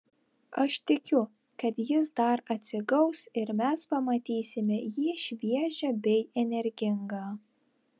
aš tikiu kad jis dar atsigaus ir mes pamatysime jį šviežią bei energingą